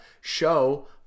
show